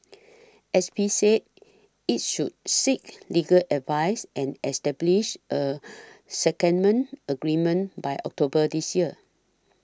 S P said it should seek legal advice and establish a secondment agreement by October this year